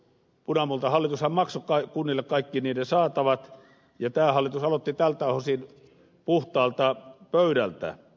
punamultahallitushan maksoi kunnille kaikki niiden saatavat ja tämä hallitus aloitti tältä osin puhtaalta pöydältä